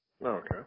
Okay